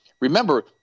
Remember